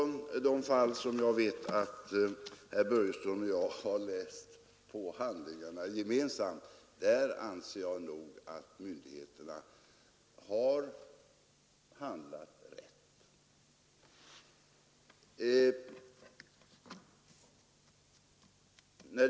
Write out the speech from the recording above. I de fall som jag vet att herr Börjesson och jag har läst på gemensamt anser jag att myndigheterna har handlat rätt.